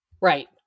right